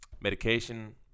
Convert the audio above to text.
medication